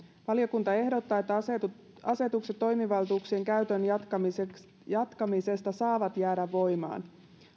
valiokunta ehdottaa että asetukset asetukset toimivaltuuksien käytön jatkamisesta saavat jäädä voimaan